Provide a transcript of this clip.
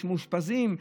יש מאושפזים,